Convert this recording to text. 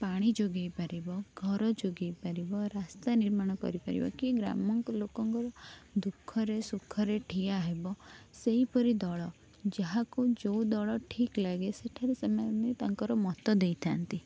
ପାଣି ଯୋଗେଇ ପାରିବ ଘର ଯୋଗେଇ ପାରିବ ରାସ୍ତା ନିର୍ମାଣ କରିପାରିବ କି ଗ୍ରାମଙ୍କ ଲୋକଙ୍କର ଦୁଃଖରେ ସୁଖରେ ଠିଆ ହେବ ସେହିପରି ଦଳ ଯାହାକୁ ଯେଉଁ ଦଳ ଠିକ ଲାଗେ ସେଠାରେ ସେମାନେ ତାଙ୍କର ମତ ଦେଇଥାନ୍ତି